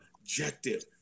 objective